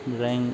drawing